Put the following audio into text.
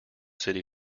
city